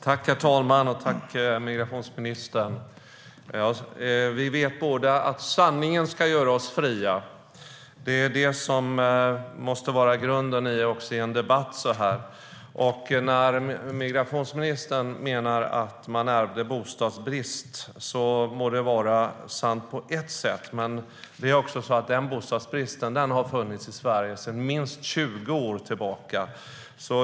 Herr talman! Tack, migrationsministern! Vi vet båda att sanningen ska göra oss fria. Det är det som måste vara grunden också i en debatt. När migrationsministern menar att man ärvde en bostadsbrist må det vara sant på ett sätt, men det är också så att den bostadsbristen har funnits i Sverige sedan minst tjugo år tillbaka.